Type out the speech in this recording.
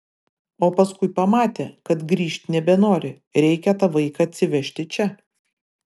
o paskui pamatė kad grįžt nebenori reikia tą vaiką atsivežti čia